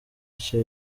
nshya